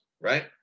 right